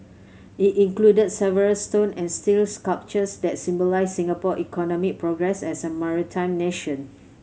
it includes several stone and steel sculptures that symbolise Singapore economic progress as a maritime nation